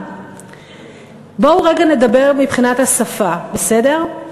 בואו רגע נדבר מבחינת השפה, בסדר?